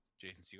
Jason